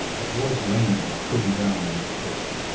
avoid blaming or putting down the other person.